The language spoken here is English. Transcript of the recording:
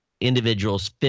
individuals